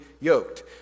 yoked